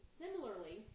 similarly